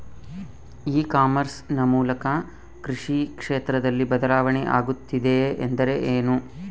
E commerce ನ ಮೂಲಕ ಕೃಷಿ ಕ್ಷೇತ್ರದಲ್ಲಿ ಬದಲಾವಣೆ ಆಗುತ್ತಿದೆ ಎಂದರೆ ಏನು?